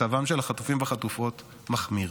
מצבם של החטופים והחטופות מחמיר.